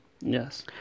yes